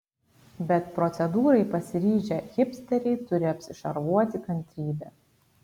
bet procedūrai pasiryžę hipsteriai turi apsišarvuoti kantrybe